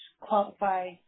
qualify